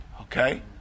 Okay